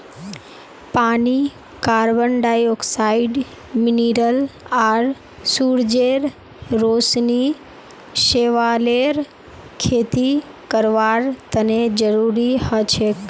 पानी carbon dioxide mineral आर सूरजेर रोशनी शैवालेर खेती करवार तने जरुरी हछेक